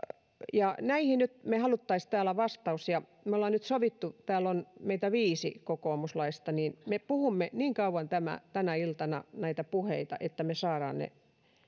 näihin me nyt haluaisimme täällä vastauksen ja me olemme nyt sopineet täällä on meitä viisi kokoomuslaista että me puhumme näitä puheita niin kauan tänä iltana että me saamme ne